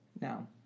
Now